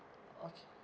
okay